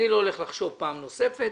אני לא הולך לחשוב פעם נוספת.